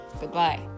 Goodbye